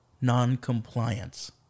non-compliance